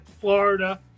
Florida